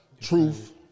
Truth